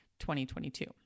2022